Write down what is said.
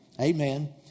Amen